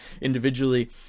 individually